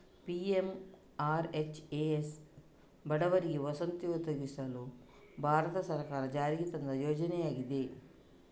PMRHS ಬಡವರಿಗೆ ವಸತಿ ಒದಗಿಸಲು ಭಾರತ ಸರ್ಕಾರ ಜಾರಿಗೆ ತಂದ ಯೋಜನೆಯಾಗಿದೆ